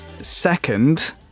Second